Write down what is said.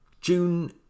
June